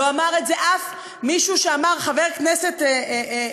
לא אמר את זה מישהו שעליו אמר חבר כנסת במליאה,